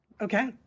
Okay